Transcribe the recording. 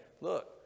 look